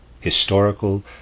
—historical